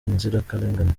inzirakarengane